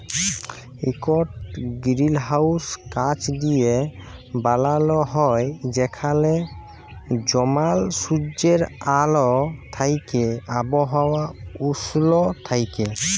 ইকট গিরিলহাউস কাঁচ দিঁয়ে বালাল হ্যয় যেখালে জমাল সুজ্জের আল থ্যাইকে আবহাওয়া উস্ল থ্যাইকে